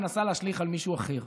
מנסה להשליך על מישהו אחר.